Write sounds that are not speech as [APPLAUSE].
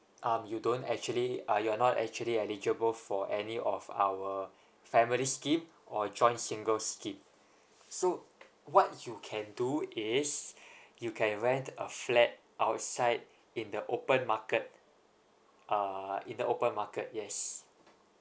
um you don't actually uh you're not actually eligible for any of our family scheme or join single scheme so what you can do is [BREATH] you can rent a flat outside in the open market uh in the open market yes